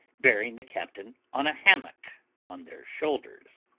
bearing the captain on a hammock on their shoulders.